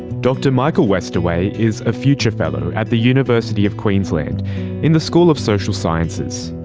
dr michael westaway is a future fellow at the university of queensland in the school of social sciences.